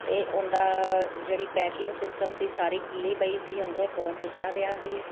ਅਤੇ ਉਹਦਾ ਜਿਹੜੀ ਪੈਕਿੰਗ ਸਿਸਟਮ ਸੀ ਸਾਰੀ ਖੁੱਲ੍ਹੀ ਪਈ ਸੀ ਅੰਦਰੋਂ ਫੋਨ ਟੁੱਟਿਆ ਪਿਆ ਸੀ